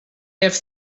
have